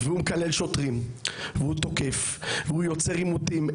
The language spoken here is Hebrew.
הוא מקלל שוטרים, תוקף ויוצר עימותים.